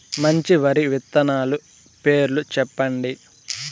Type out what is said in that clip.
మంచి వరి విత్తనాలు పేర్లు చెప్పండి?